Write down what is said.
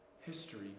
history